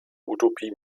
utopie